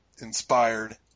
inspired